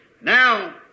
Now